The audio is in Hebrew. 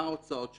מה ההוצאות שלו,